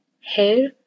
hair